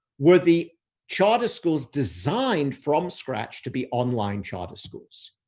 were the charter schools designed from scratch to be online charter schools,